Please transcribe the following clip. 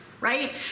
Right